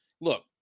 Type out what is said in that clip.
Look